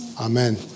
Amen